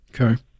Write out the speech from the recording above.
Okay